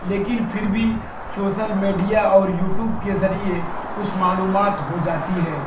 لیکن پھر بھی سوسل میڈیا اور یو ٹیوب کے ذریعے کچھ معلومات ہو جاتی ہے